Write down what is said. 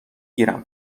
گیرم